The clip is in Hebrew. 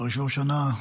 בראש ובראשונה,